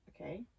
Okay